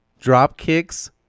dropkicks